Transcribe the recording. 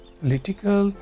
political